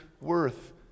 worth